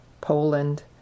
Poland